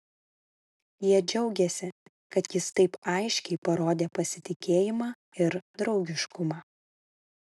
jie džiaugėsi kad jis taip aiškiai parodė pasitikėjimą ir draugiškumą